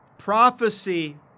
prophecy